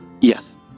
Yes